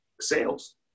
sales